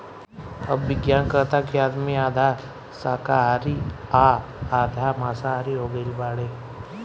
अब विज्ञान कहता कि आदमी आधा शाकाहारी आ आधा माँसाहारी हो गईल बाड़े